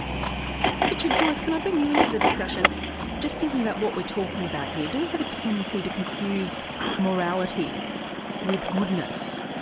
richard joyce, can i bring you into the discussion just thinking about what we're talking about here, do we have a tendency to confuse morality with goodness?